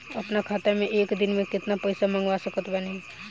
अपना खाता मे एक दिन मे केतना पईसा मँगवा सकत बानी?